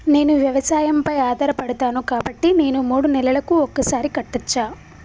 నేను వ్యవసాయం పై ఆధారపడతాను కాబట్టి నేను మూడు నెలలకు ఒక్కసారి కట్టచ్చా?